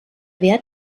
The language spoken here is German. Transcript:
wert